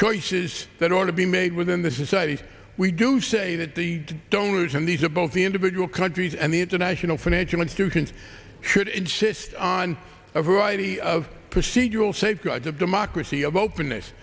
choices that ought to be made within the society we do say that the donors and he's above the individual countries and the international financial institutions should insist on a variety of procedural safeguards of democracy of openness